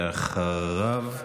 ואחריו,